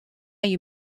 you